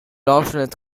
alternates